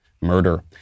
murder